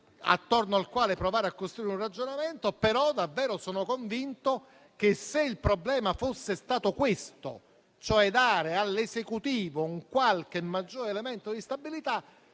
attorno al quale provare a costruire un ragionamento, ma sono convinto che se il problema fosse stato questo, cioè dare all'Esecutivo maggiore stabilità,